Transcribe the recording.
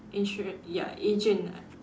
insurance ya agent ah